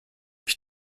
ich